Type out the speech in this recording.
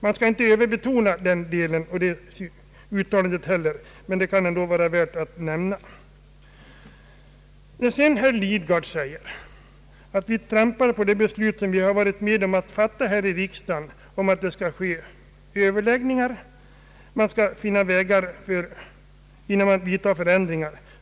Man skall inte överbetona det uttalandet, men det kan ändå vara värt att nämna. Herr Lidgard påstår att vi trampar på det beslut som vi har varit med om att fatta här i riksdagen om att överläggningar skall ske. Innan man vidtar förändringar skall man söka finna andra lösningar.